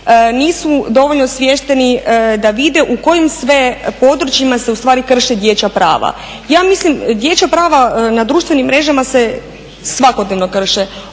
nisu dovoljno osviješteni da vide u kojim sve područjima se ustvari krše dječja prava. Ja mislim, dječja prava na društvenim mrežama se svakodnevno krše